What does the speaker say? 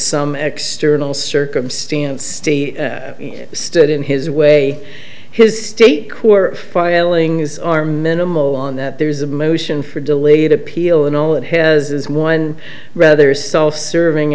some x sternal circumstance stood in his way his state court filings are minimal on that there's a motion for delayed appeal and all it has is one rather self serving